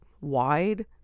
wide